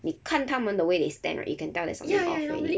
你看他们 the way they stand right you can that's something off already